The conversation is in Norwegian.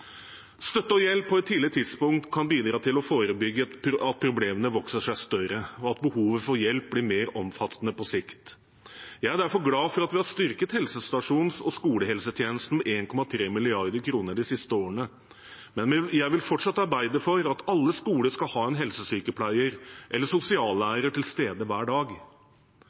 Støtte og hjelp på et tidlig tidspunkt kan bidra til å forebygge at problemene vokser seg større, og at behovet for hjelp blir mer omfattende på sikt. Jeg er derfor glad for at vi har styrket helsestasjons- og skolehelsetjenesten med 1,3 mrd. kr de siste årene, men jeg vil fortsatt arbeide for at alle skoler skal ha en helsesykepleier eller sosiallærer til stede hver dag.